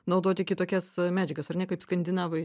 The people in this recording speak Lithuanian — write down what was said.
naudoti kitokias medžiagas ar ne kaip skandinavai